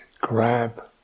grab